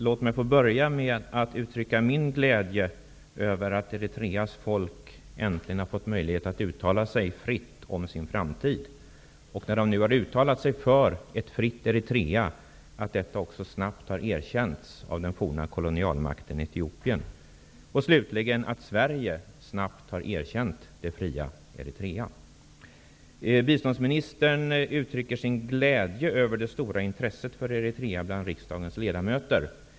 Låt mig få börja med att uttrycka min glädje över att Eritreas folk äntligen har fått möjlighet att uttala sig fritt om sin framtid och, när de nu uttalat sig för ett fritt Eritrea, att detta snabbt har erkänts av den forna kolonialmakten Etiopien, och slutligen att Sverige snabbt har erkänt det fria Biståndsministern uttrycker sin glädje över det stora intresset för Eritrea bland riksdagens ledamöter.